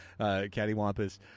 cattywampus